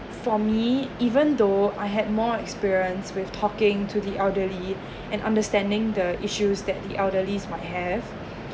for me even though I had more experience with talking to the elderly and understanding the issues that the elderlies might have